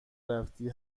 رفتی